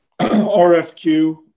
RFQ